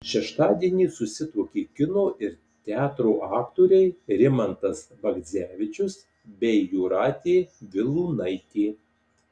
šeštadienį susituokė kino ir teatro aktoriai rimantas bagdzevičius bei jūratė vilūnaitė